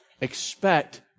Expect